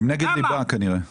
הם כנראה נגד ליבה,